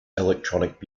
electronic